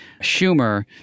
Schumer